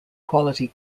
quality